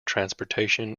transportation